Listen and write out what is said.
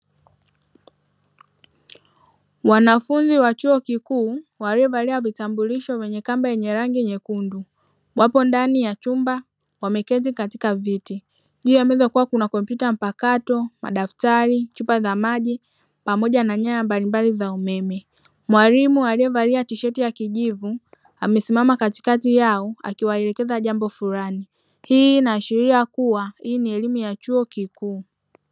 Wanafuzni wa chuo kikuu waliovalia vitambulisho vyenye kamba yenye rangi nyekundu, wapo ndani ya chumba wameketi katika viti, juu ya meza kukiwa kuna kompyuta mpakato, madaftari, chupa za maji pamoja na nyaya mbalimbali za umeme. Mwalimu aliyevalia tisheti ya kijivu amesimama katikatika yao akiwaelekeza jambo fulani, hii inaashiria kuwa hii ni elimu ya chuo kikuu.